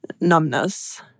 numbness